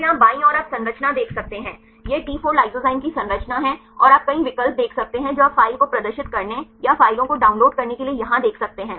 तो यहां बाईं ओर आप संरचना देख सकते हैं यह टी 4 लाइसोजाइम की संरचना है और आप कई विकल्प देख सकते हैं जो आप फ़ाइल को प्रदर्शित करने या फ़ाइलों को डाउनलोड करने के लिए यहां देख सकते हैं